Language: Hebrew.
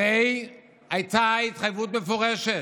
הרי הייתה התחייבות מפורשת.